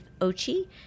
Ochi